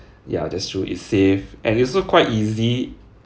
ya that's true it's safe and it's also quite easy